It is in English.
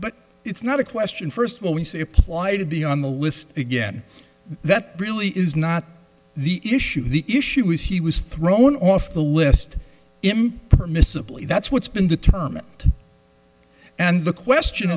but it's not a question first will we see applied to be on the list again that really is not the issue the issue was he was thrown off the list him permissibly that's what's been determined and the question